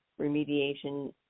remediation